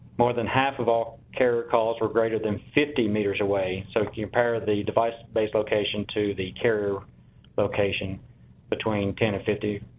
more than half of all carrier calls were greater than fifty meters away, so compare the device based location to the carrier location between ten and fifty.